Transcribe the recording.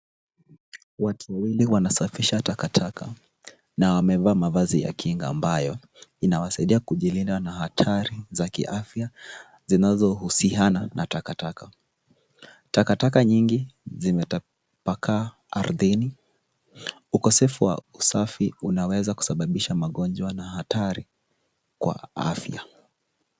Watu wawili wanasafisha takataka na wamevaa mavazi ya kinga ambayo inawasaidia kujilinda na hatari za kiafya zinazohusika na takataka. Takataka nyingi zimetapakaa ardhini, ukosefu wa usafi unaweza kusababisha magonjwa na hatari kwa afya.